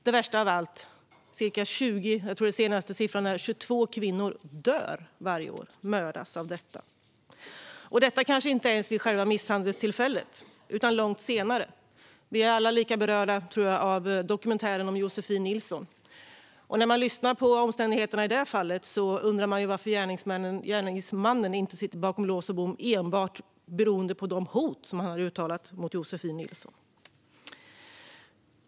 Det värsta av allt är att ungefär 20 - jag tror att den senaste siffran är 22 - kvinnor dör varje år på grund av detta, och det kanske inte ens är vid själva misshandelstillfället utan långt senare. Jag tror att vi alla är lika berörda av dokumentären om Josefin Nilsson. När man lyssnar på omständigheterna i det fallet undrar man ju varför gärningsmannen inte sitter bakom lås och bom enbart beroende på de hot som han har uttalat mot Josefin Nilsson.